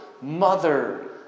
mother